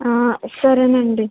సరేనండి